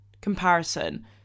comparison